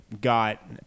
got